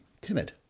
timid